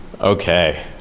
okay